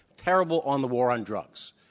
terrible on the war on drugs.